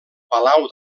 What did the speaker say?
palau